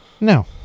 No